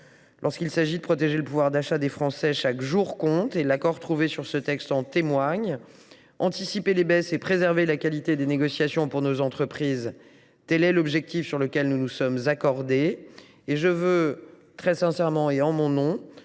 lorsqu’il s’agit de protéger le pouvoir d’achat des Français, chaque jour compte. L’accord trouvé sur ce texte en témoigne. Anticiper les baisses de prix et préserver la qualité des négociations pour nos entreprises, tel est l’objectif sur lequel nous nous sommes accordés, et je veux sincèrement vous en